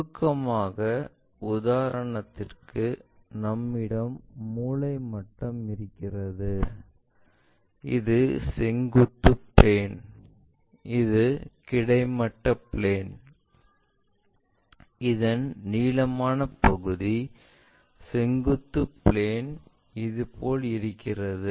சுருக்கமாக உதாரணத்திற்கு நம்மிடம் மூளை மட்டம் இருக்கிறது இது செங்குத்துப் பிளேன் இது கிடைமட்ட பிளேன் இதன் நீளமான பகுதி செங்குத்து பிளேன் இதுபோல் இருக்கின்றது